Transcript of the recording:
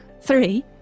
Three